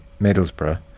Middlesbrough